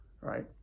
right